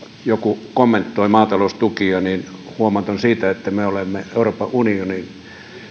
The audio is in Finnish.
joku kommentoi maataloustukia niin huomautan siitä että me olemme euroopan unionin